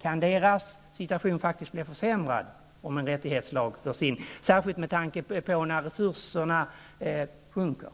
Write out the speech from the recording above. denna. Deras situation kan bli försämrad om en rättighetslag införs, särskilt när resurserna minskar.